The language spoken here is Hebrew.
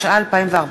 התשע"ה 2014,